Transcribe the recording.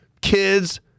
kids